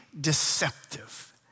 deceptive